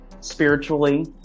spiritually